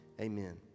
Amen